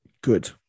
good